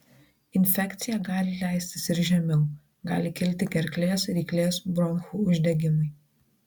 infekcija gali leistis ir žemiau gali kilti gerklės ryklės bronchų uždegimai